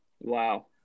Wow